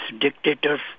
dictators